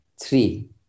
three